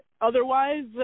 otherwise